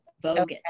Vogue